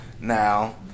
now